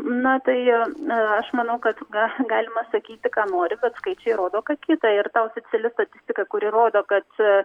na tai aš manau kad gal galima sakyti ką nori kad skaičiai rodo ką kita ir ta oficiali statistika kuri rodo kad